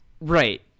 Right